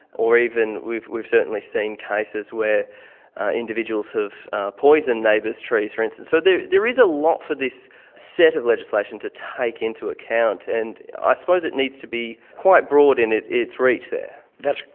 or even we've we've certainly seen cases where individuals have poisoned neighbours' trees, for instance. so there there is a lot for this set of legislation to take into account. and i suppose it needs to be quite broad in its reach there. that's,